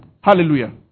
Hallelujah